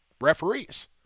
referees